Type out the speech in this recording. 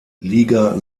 liga